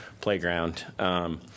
playground